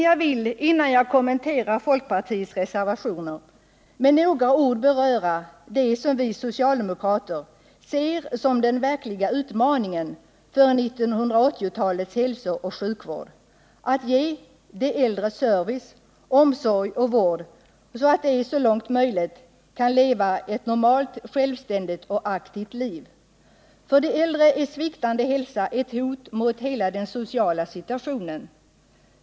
Jag vill — innan jag kommenterar folkpartiets reservation — med några ord beröra det som vi socialdemokrater ser som den verkliga utmaningen för 1980-talets hälsooch sjukvård: att ge de äldre service, omsorg och vård så att de så långt möjligt kan leva ett normalt, självständigt och aktivt liv. För de äldre är sviktande hälsa ett hot mot hela den sociala situationen.